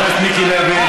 חבר הכנסת מיקי לוי.